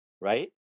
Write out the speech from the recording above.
right